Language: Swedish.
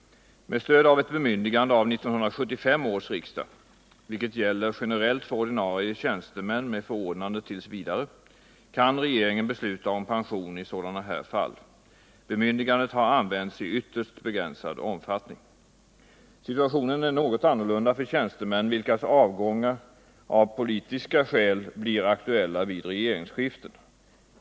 Med stöd av ett bemyndigande av 1975 års riksdag, vilket gäller generellt för ordinarie tjänstemän med förordnande t. v., kan regeringen besluta om pension i sådana här fall. Bemyndigandet har använts i ytterst begränsad omfattning. Situationen är något annorlunda för tjänstemän vilkas avgångar, av politiska skäl, blir aktuella vid regeringsskiften.